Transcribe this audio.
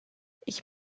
ich